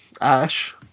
Ash